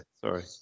Sorry